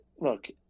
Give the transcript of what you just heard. look